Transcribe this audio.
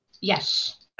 Yes